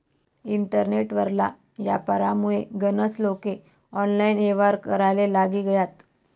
internet वरला यापारमुये गनज लोके ऑनलाईन येव्हार कराले लागी गयात